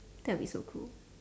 that'll be so cool